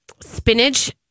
spinach